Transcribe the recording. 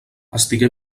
estigué